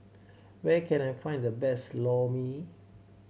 where can I find the best Lor Mee